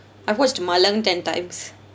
I watched malang ten times